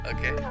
Okay